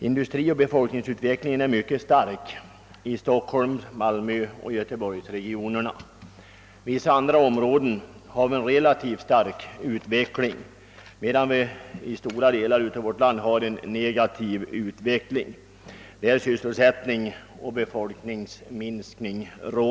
Industrioch befolkningsutvecklingen är mycket stark i Stockholm-, Malmöoch Göteborgsregionerna och relativt stark i vissa andra områden, medan stora delar av landet har en negativ utveckling med sysselsättningsoch befolkningsminskning.